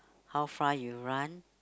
how far you run